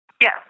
Yes